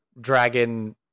dragon